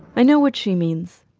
i know what she means.